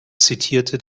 zitierte